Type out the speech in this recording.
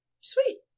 Sweet